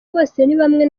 bosenibamwe